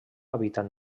hàbitat